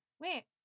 wait